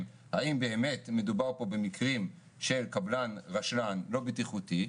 האם באמת מדובר במקרים של קבלן רשלן ולא בטיחותי.